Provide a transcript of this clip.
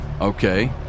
Okay